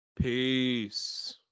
Peace